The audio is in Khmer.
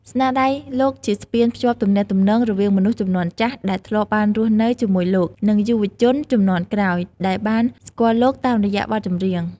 ស្នាដៃលោកជាស្ពានភ្ជាប់ទំនាក់ទំនងរវាងមនុស្សជំនាន់ចាស់ដែលធ្លាប់បានរស់នៅជាមួយលោក និងយុវជនជំនាន់ក្រោយដែលបានស្គាល់លោកតាមរយៈបទចម្រៀង ។